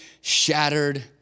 shattered